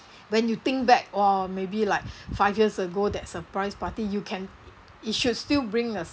when you think back !wah! maybe like five years ago that surprise party you can it should still bring a